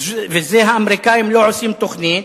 וזה שהאמריקנים לא מציגים תוכנית,